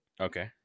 okay